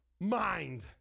mind